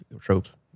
tropes